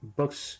books